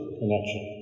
connection